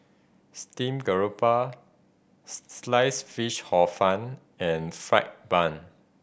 steamed garoupa Sliced Fish Hor Fun and fried bun